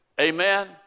Amen